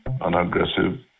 unaggressive